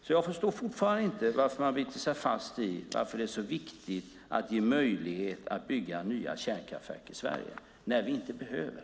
Därför förstår jag inte varför man biter sig fast i att det är så viktigt att ge möjlighet att bygga nya kärnkraftverk i Sverige när vi inte behöver.